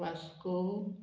Vasco